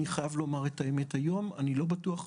אני חייב לומר את האמת: היום, אני לא בטוח.